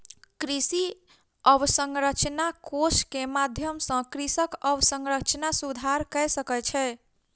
कृषि अवसंरचना कोष के माध्यम सॅ कृषक अवसंरचना सुधार कय सकै छै